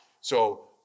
So-